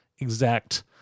exact